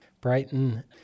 Brighton